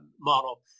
model